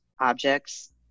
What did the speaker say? objects